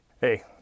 hey